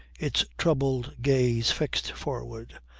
its troubled gaze fixed forward,